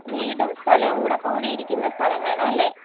വീടും സ്ഥലവും കൂടെ കൂടിയിരിക്കുന്ന സ്ഥലം വേണവല്ലേ